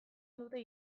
dute